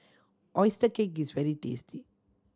oyster cake is very tasty